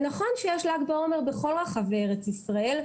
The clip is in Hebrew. זה נכון שיש ל"ג בעומר בכל רחבי ארץ ישראל,